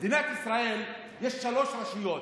במדינת ישראל יש שלוש רשויות: